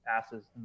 passes